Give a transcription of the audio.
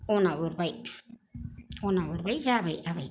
अना हरबाय अना हरबाय जाबाय आबै